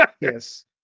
Yes